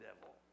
devil